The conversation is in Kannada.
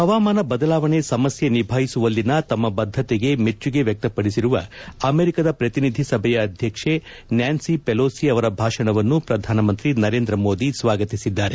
ಹವಾಮಾನ ಬದಲಾವಣೆ ಸಮಸ್ಥೆ ನಿಭಾಯಿಸುವಲ್ಲಿ ತಮ್ನ ಬದ್ದತೆಗೆ ಮೆಚ್ಚುಗೆ ವ್ಯಕ್ತಪಡಿಸಿರುವ ಅಮೆರಿಕದ ಪ್ರತಿನಿಧಿ ಸಭೆಯ ಅಧ್ಯಕ್ಷ ನ್ನಾನ್ಲಿ ಪೆಲೋಸಿ ಅವರ ಭಾಷಣವನ್ನು ಪ್ರಧಾನಮಂತ್ರಿ ನರೇಂದ್ರಮೋದಿ ಸ್ವಾಗತಿಸಿದ್ದಾರೆ